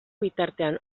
bitartean